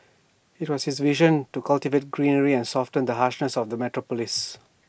IT was his vision to cultivate greenery and soften the harshness of the metropolis